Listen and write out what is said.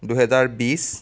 দুহেজাৰ বিশ